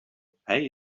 pay